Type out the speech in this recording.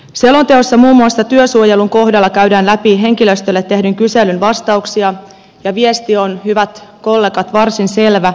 selonteossa muun muassa työsuojelun kohdalla käydään läpi henkilöstölle tehdyn kyselyn vastauksia ja viesti on hyvät kollegat varsin selvä